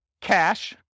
cash